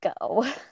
go